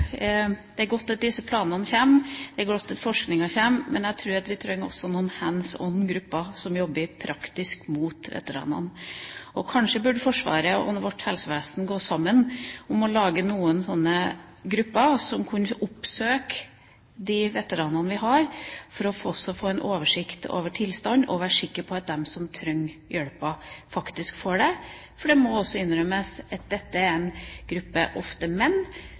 Det er godt at disse planene kommer. Det er godt at forskningen kommer. Men hadde det også vært lurt med noen «hands on»-grupper som kunne jobbe praktisk mot veteranene? Kanskje burde Forsvaret og helsevesenet gått sammen om å lage noen slike grupper som kunne oppsøke de veteranene vi har, for å få en oversikt over tilstanden og for å være sikker på at de som trenger hjelp, faktisk får det. For det må også innrømmes at dette er en gruppe, ofte menn,